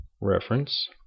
reference